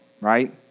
right